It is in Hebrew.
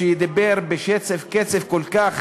שדיבר בשצף קצף כל כך